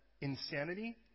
insanity